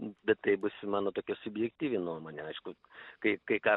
bet tai bus mano tokia subjektyvi nuomonė aišku kai kai ką